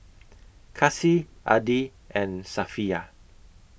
Kasih Adi and Safiya